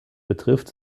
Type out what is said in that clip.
betrifft